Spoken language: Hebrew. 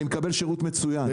אני מקבל שירות מצוין.